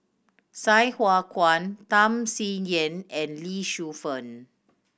Sai Hua Kuan Tham Sien Yen and Lee Shu Fen